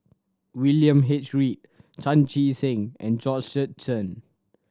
William H Read Chan Chee Seng and Georgette Chen